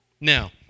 Now